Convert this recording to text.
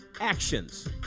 actions